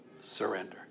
surrender